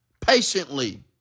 Patiently